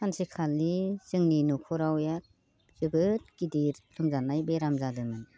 सानसेखालि जोंनि नख'राव जोबोर गिदिर लोमजानाय बेराम जादोंमोन